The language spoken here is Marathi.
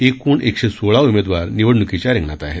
एकूण एकशे सोळा उमेदवार निवडणुकीच्या रिंगणात आहेत